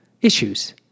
issues